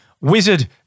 wizard